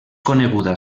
coneguda